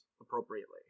appropriately